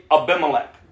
Abimelech